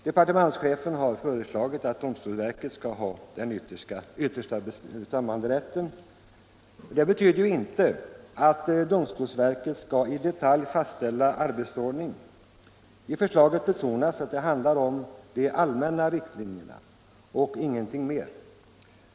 Departementscheten har föreslagit att domstolsverket skall ha den yttersta bestämmanderätten. Det betyder inte att domstolsverket i detalj skall fastställa arbetsordningen. I förslaget betonas att det handlar om de allmänna riktlinjerna och ingenting mer.